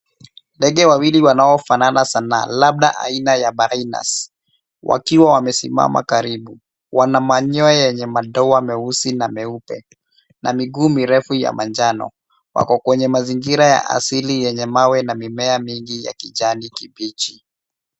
Ndege wawili wanaofanana sanaa, labda aina ya painas, wakiwa wamesimama karibu. Wana manyoya yenye madoa meusi na meupe, na miguu mirefu ya manjano. Wako kwenye mazingira ya asili yenye mawe na mimea mingi ya kijani kibichi.